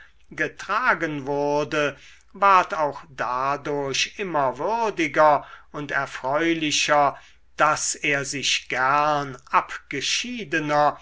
getragen wurde ward auch dadurch immer würdiger und erfreulicher daß er sich gern abgeschiedener